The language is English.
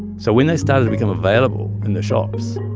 so when they started to become available in the shops,